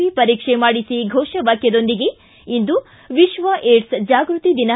V ಪರೀಕ್ಷೆ ಮಾಡಿಬಿ ಫೋಷ ವಾಕ್ಷದೊಂದಿಗೆ ಇಂದು ವಿಶ್ವ ಏಡ್ಸ್ ಜಾಗೃತಿ ದಿನ